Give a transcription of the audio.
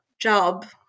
Job